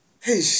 hey